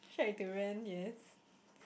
tried to ran yes